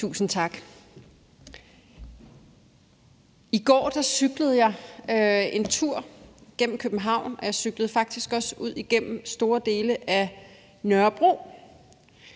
Tusind tak. I går cyklede jeg en tur gennem København, og jeg cyklede faktisk også ud igennem store dele af Nørrebro,